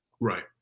right